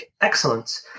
excellent